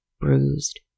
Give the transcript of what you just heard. bruised